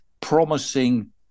promising